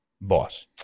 boss